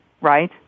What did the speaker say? right